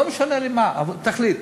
לא משנה לי מה, אבל תחליט.